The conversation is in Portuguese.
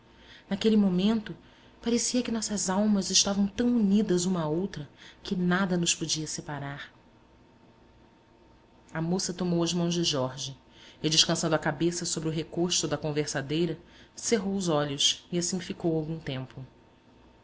naquele momento parecia que nossas almas estavam tão unidas uma à outra que nada nos podia separar a moça tomou as mãos de jorge e descansando a cabeça sobre o recosto da conversadeira cerrou os olhos e assim ficou algum tempo